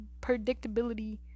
predictability